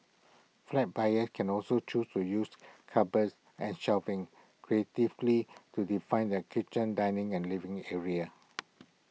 flat buyers can also choose to use cupboards and shelving creatively to define their kitchen dining and living areas